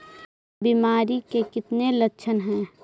बीमारी के कितने लक्षण हैं?